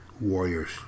Warriors